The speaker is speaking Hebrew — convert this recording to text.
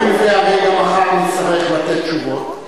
הואיל והרי גם מחר הוא יצטרך לתת תשובות,